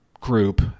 group